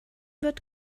wird